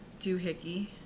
Doohickey